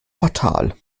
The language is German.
fatal